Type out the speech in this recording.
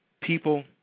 People